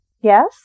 Yes